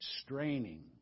straining